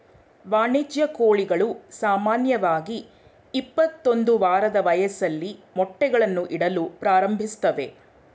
ವಾಣಿಜ್ಯ ಕೋಳಿಗಳು ಸಾಮಾನ್ಯವಾಗಿ ಇಪ್ಪತ್ತೊಂದು ವಾರದ ವಯಸ್ಸಲ್ಲಿ ಮೊಟ್ಟೆಗಳನ್ನು ಇಡಲು ಪ್ರಾರಂಭಿಸ್ತವೆ